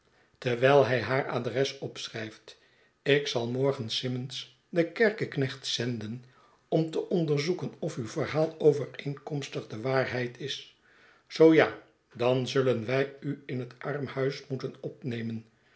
terwijl hij haar adres opschrijft ik zal morgen simmons den kerkeknecht zenden dm te onderzoeken of uw verhaal overeenkomstig de waarheid is zoo ja dan zulien wij u in het armhuis moeten opnemen